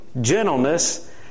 gentleness